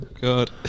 God